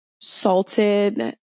salted